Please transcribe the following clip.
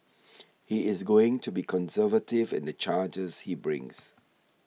he is going to be conservative in the charges he brings